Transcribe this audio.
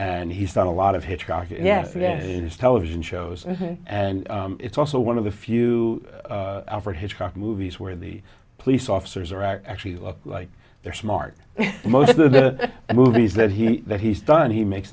and he's done a lot hitchcock yes it is television shows and it's also one of the few alfred hitchcock movies where the police officers are actually look like they're smart most of the movies that he that he's done he makes